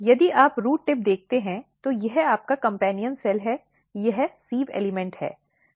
यदि आप root tip देखते हैं तो यह आपका कम्पेन्यन सेल है यह सिव एल्इमॅन्ट है